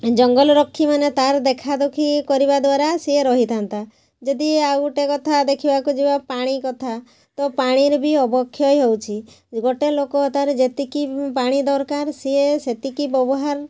ଜଙ୍ଗଲ ରକ୍ଷୀ ମାନେ ତାର ଦେଖା ଦୁଖି କରିବା ଦ୍ଵାରା ସିଏ ରହିଥାନ୍ତା ଯଦି ଆଉ ଗୋଟେ କଥା ଦେଖିବାକୁ ଯିବା ପାଣି କଥା ତ ପାଣିର ବି ଅବକ୍ଷୟ ହେଉଛି ଗୋଟେ ଲୋକ ତାର ଯେତିକି ପାଣି ଦରକାର ସିଏ ସେତିକି ବ୍ୟବହାର